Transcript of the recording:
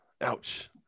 Ouch